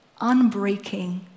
unbreaking